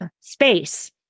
space